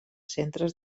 centres